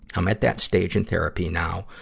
i'm at that stage in therapy now,